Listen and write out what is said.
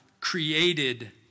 created